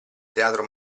teatro